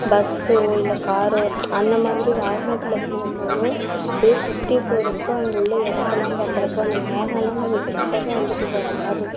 பஸ்ஸோ இல்லை காரோ அந்தமாதிரி வாகனத்தில் போகும்போதும் அப்படியே சுற்றி போகிறப்ப அங்குள்ள இடத்தலான் பார்க்குறப்ப அந்த மேகம்லாம் நம்ம கிட்டக்க வந்துட்டு போகிற மாரிருக்கும்